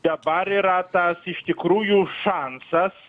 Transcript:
dabar yra tas iš tikrųjų šansas